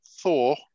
Thor